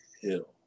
Hill